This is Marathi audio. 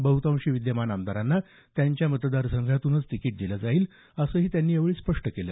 बहतांशी विद्यमान आमदारांना त्यांच्या मतदार संघातून तिकिट दिलं जाईल असंही त्यांनी यावेळी स्पष्ट केलं